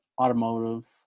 automotive